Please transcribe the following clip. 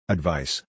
Advice